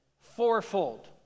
Fourfold